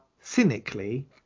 cynically